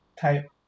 type